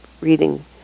reading